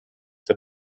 der